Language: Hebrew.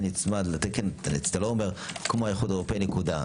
נצמד לתקן אתה לא אומר: כמו האיחוד האירופאי נקודה.